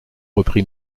reprit